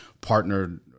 partnered